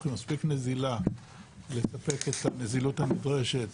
ומספיק נזילה לספק את הנזילות הנדרשת